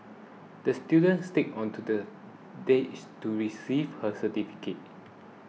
the student skated onto the dash to receive her certificate